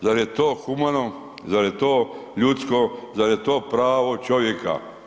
Zar je to humano, zar je to ljudsko, zar je to pravo čovjeka?